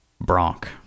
Bronk